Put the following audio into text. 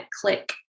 click